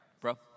bro